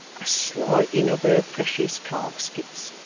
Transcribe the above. a slighting of her precious caskets,